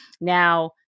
Now